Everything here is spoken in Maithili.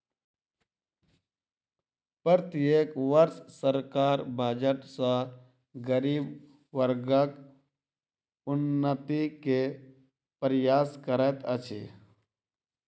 प्रत्येक वर्ष सरकार बजट सॅ गरीब वर्गक उन्नति के प्रयास करैत अछि